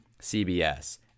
CBS